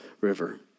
river